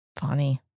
funny